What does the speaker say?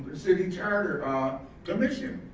city charter ah commission,